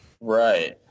Right